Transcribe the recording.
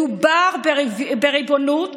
מדובר בריבונות